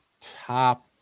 top